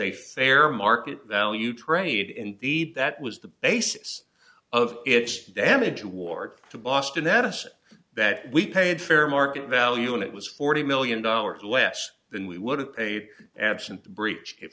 a fair market value trade indeed that was the basis of its damage award to boston that us that we paid fair market value and it was forty million dollars less than we would have paid absent the breach if